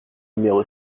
numéro